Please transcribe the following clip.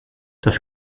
das